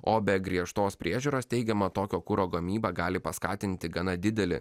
o be griežtos priežiūros teigiama tokio kuro gamyba gali paskatinti gana didelį